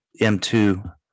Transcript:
M2